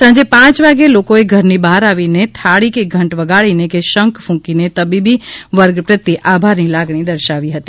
સાંજે પાંચ વાગે લોકોએ ઘરની બહાર આવીને થાળી કે ઘંટ વગાડીને કે શંખ કૃકીને તબીબી વર્ગ પ્રત્યે આભારની લાગણી દર્શાવી હતી